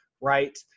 Right